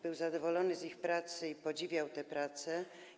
Był zadowolony z ich pracy i podziwiał tę pracę.